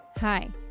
Hi